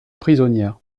prisonnière